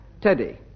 Teddy